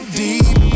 deep